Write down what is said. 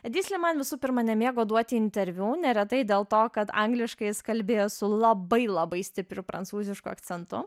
edi sliman visų pirma nemėgo duoti interviu neretai dėl to kad angliškai is kalbėjo su labai labai stipriu prancūzišku akcentu